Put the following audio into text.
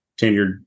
tenured